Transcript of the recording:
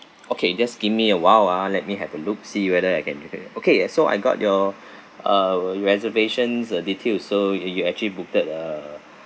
okay just give me a while ah let me have a look see whether I can get your okay ah so I got your uh reservations uh detail so you a~ you actually booked a